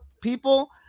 people